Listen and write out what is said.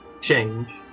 Change